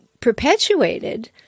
perpetuated